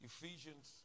Ephesians